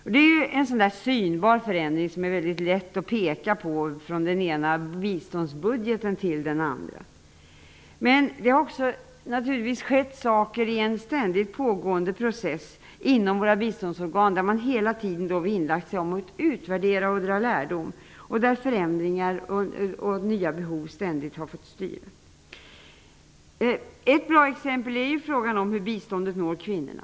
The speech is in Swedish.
Detta är ju en synbar förändring från den ena biståndsbudgeten till den andra som är lätt att peka på. Det har naturligtvis skett en ständigt pågående process inom biståndsorganen, där man hela tiden vinnlagt sig om att utvärdera och dra lärdom. Förändringar och nya behov har hela tiden fått styra. Ett bra exempel på detta är frågan om hur biståndet når kvinnorna.